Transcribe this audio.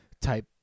type